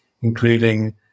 including